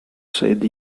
said